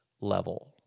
level